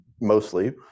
mostly